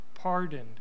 pardoned